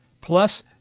plus